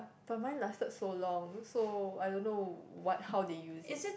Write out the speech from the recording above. but mine lasted so long so I don't know what how they used it